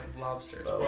lobsters